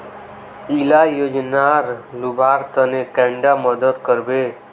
इला योजनार लुबार तने कैडा मदद करबे?